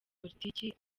politiki